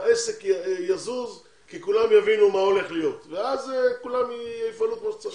העסק יזוז כי כולם יבינו מה הולך להיות ואז כולם יפעלו כמו שצריך.